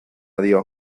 dio